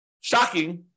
shocking